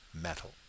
metal